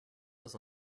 das